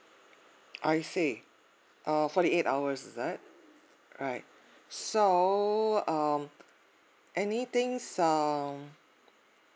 I see uh forty eight hours is that right so um anything um